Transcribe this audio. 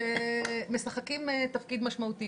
שמשחקים תפקיד משמעותי,